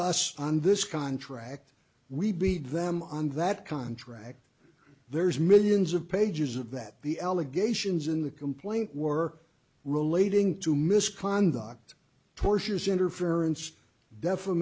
us on this contract we beat them on that contract there's millions of pages of that the allegations in the complaint were relating to misconduct tortious interference